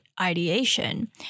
ideation